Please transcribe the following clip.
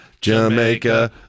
Jamaica